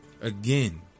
Again